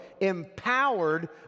empowered